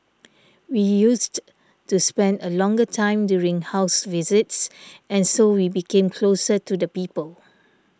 we used to spend a longer time during house visits and so we became closer to the people